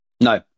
No